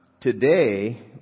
today